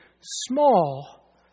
small